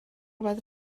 باید